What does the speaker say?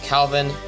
Calvin